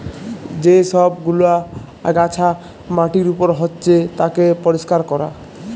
যে সব গুলা আগাছা মাটির উপর হচ্যে তাকে পরিষ্কার ক্যরা